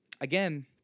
Again